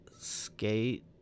skate